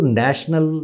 national